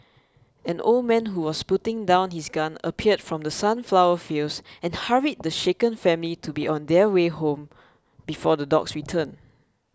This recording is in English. an old man who was putting down his gun appeared from the sunflower fields and hurried the shaken family to be on their way home before the dogs return